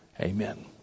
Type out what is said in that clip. Amen